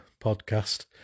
podcast